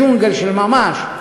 ג'ונגל של ממש,